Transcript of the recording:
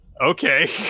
okay